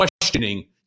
questioning